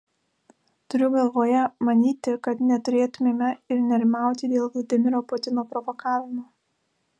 turiu galvoje manyti kad neturėtumėme ir nerimauti dėl vladimiro putino provokavimo